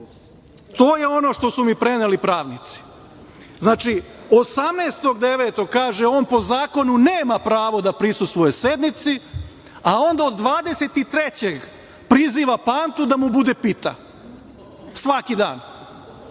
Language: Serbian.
je ono što su mi preneli pravnici. Znači, 18. septembra, kaže, on po zakonu nema pravo da prisustvuje sednici, a onda od 23. septembra priziva Pantu da mu bude pita svaki dan.